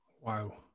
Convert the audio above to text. Wow